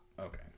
okay